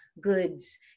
goods